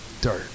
Dirt